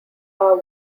are